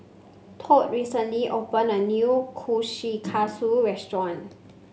Todd recently opened a new Kushikatsu Restaurant